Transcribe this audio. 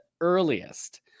earliest